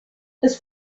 his